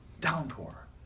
downpour